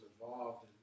involved